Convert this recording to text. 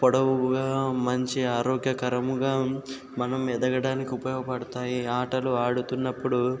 పొడవుగా మంచి ఆరోగ్యకరముగా మనం ఎదగడానికి ఉపయోగపడతాయి ఆటలు ఆడుతున్నప్పుడు